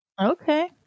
Okay